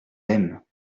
aiment